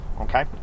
okay